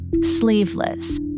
sleeveless